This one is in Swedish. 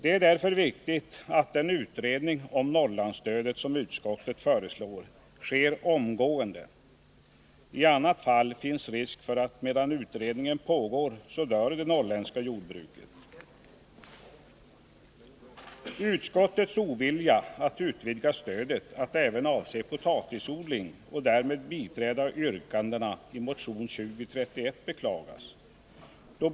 Det är därför viktigt att den utredning om Norrlandsstödet som utskottet föreslår sker omgående. I annat fall finns det risk för att det norrländska jordbruket dör medan utredningen pågår. Utskottets ovilja att utvidga stödet till att även avse potatisodling och därmed biträda yrkandena i motion 2031 beklagas.